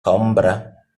combra